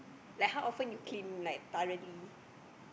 like how often you clean like thoroughly